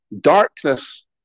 darkness